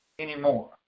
anymore